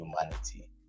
humanity